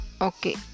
okay